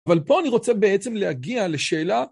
אבל פה אני רוצה בעצם להגיע לשאלה.